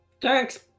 Thanks